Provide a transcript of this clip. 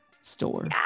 store